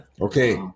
Okay